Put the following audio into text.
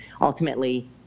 ultimately